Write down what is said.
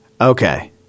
Okay